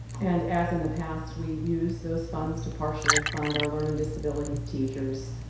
and as in the past, we use those funds to partially fund our learning disabilities teachers,